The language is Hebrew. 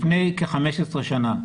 לפני כ-15 שנים.